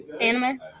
anime